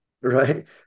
right